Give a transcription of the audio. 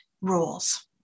rules